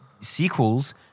sequels